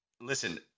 listen